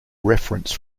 reference